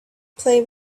play